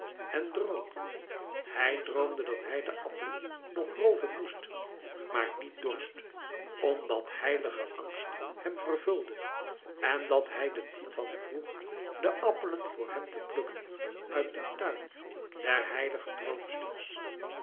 en droomde hij droomde dat hij de appelen nog rooven moest maar niet dorst omdat heilige angst hem vervulde en dat hij den titan vroeg de appelen voor hem te plukken uit den tuin der heilige droomsters